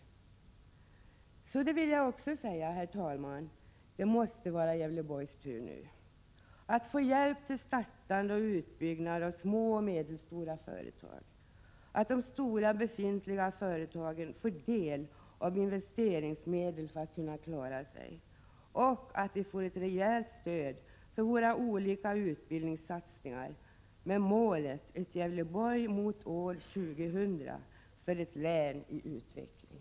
Så det vill jag också säga, herr talman, det måste vara Gävleborgs tur nu 1. så att man får hjälp till startande och utbyggnad av små och medelstora företag, 2. så att de stora befintliga företagen får del av investeringsmedel för att kunna klara sig, och 3. så att vi får ett rejält stöd för våra olika utbildningssatsningar med målet — ett Gävleborg mot år 2000 — för ett län i utveckling.